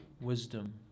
wisdom